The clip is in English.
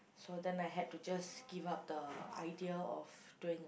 so then I had to just give up the idea of doing a